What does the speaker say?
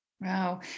Wow